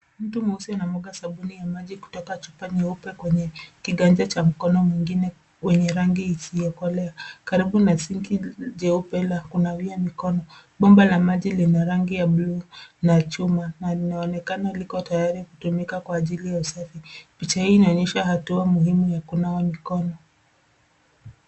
Mtu mweusi anamwaga sabuni ya maji kutoka chupa nyeupe kwenye kiganja cha mkono mwengine wenye rangi isiyokolea karibu na sinki jeupe lenye kunawia mikono. Bomba la maji lina rangi ya buluu na chuma na linaonekana liko tayari kutumika kwa ajili ya usafi. Picha hii inaonyesha hatua muhimu ya kunawa mikono.